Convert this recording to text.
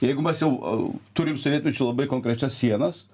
jeigu mes jau turim sovietmečiu labai konkrečias sienas